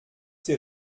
ces